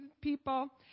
people